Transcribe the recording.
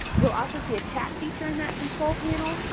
you'll also see a chat feature in that control panel.